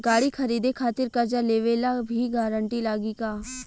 गाड़ी खरीदे खातिर कर्जा लेवे ला भी गारंटी लागी का?